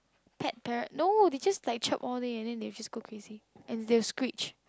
pet parrot no they just like chirp all day and then they just go crazy and they screech